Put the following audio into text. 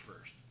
first